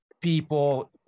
people